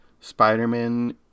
Spider-Man